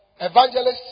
evangelists